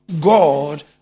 God